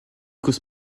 cause